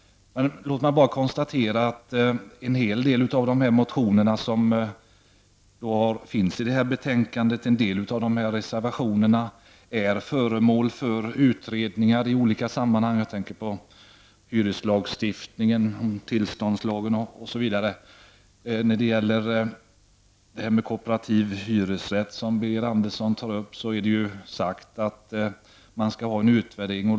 Låt mig bara konstatera att en hel del av de motioner som behandlas i betänkandet och en del av reservationerna är föremål för utredningar i olika sammanhang. Jag tänker på hyreslagstiftningen, tillståndslagen, osv. Andersson tog upp, är det efter förslag från den socialdemokratiska regeringen sagt att det skall ske en utvärdering.